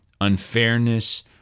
unfairness